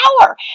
power